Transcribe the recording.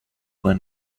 when